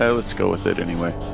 so let's go with it anyway